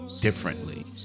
differently